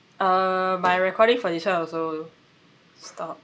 uh my recording for this one also stopped